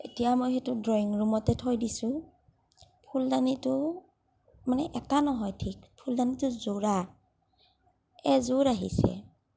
এতিয়া মই সেইটো ড্ৰয়িং ৰূমতে থৈ দিছো ফুলদানিটো মানে এটা নহয় ঠিক ফুলদানিটো যোৰা এযোৰ আহিছে